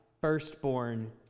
firstborn